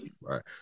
Right